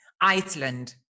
Iceland